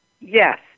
Yes